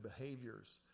behaviors